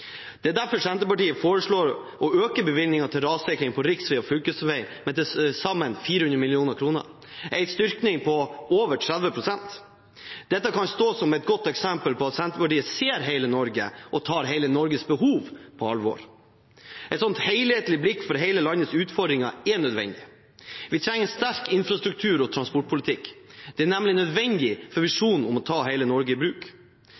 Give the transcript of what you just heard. Derfor foreslår Senterpartiet å øke bevilgningene til rassikring på riksveier og fylkesveier med til sammen 400 mill. kr, en styrking på over 30 pst. Dette kan stå som et godt eksempel på at Senterpartiet ser hele Norge og tar hele Norges behov på alvor. Et slikt helhetlig blikk for hele landets utfordringer er nødvendig. Vi trenger en sterk infrastruktur- og transportpolitikk. Det er nødvendig for visjonen om å ta hele Norge i bruk.